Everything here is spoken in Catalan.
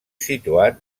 situat